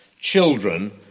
Children